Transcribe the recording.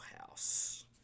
House